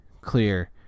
clear